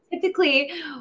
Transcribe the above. typically